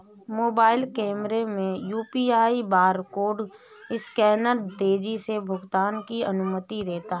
mobile कैमरे में UPI barcode scanner तेजी से भुगतान की अनुमति देता है